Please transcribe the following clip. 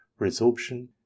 resorption